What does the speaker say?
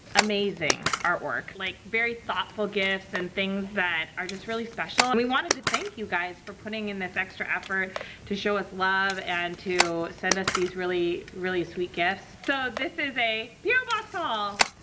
amazing artwork. like, very thoughtful gifts and things that are just really special. and we wanted to thank you guys for putting in this extra effort to show us love and to send us these really, really sweet gifts. so this is a po yeah box haul.